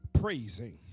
praising